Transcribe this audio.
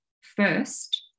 first